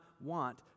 want